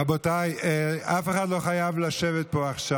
רבותיי, אף אחד לא חייב לשבת פה עכשיו.